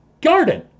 Garden